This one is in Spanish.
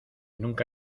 nunca